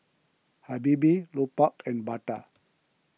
Habibie Lupark and Bata